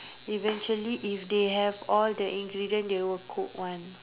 eventually if they have all the ingredient they will cook [one]